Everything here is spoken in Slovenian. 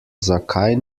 zakaj